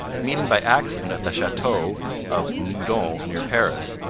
meeting by accident at the chateau of meudon near paris,